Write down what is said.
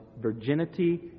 virginity